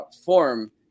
form